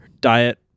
diet